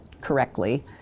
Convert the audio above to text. correctly